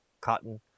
cotton